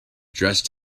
dressed